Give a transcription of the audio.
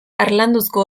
harlanduzko